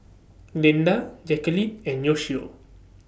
Glinda Jacalyn and Yoshio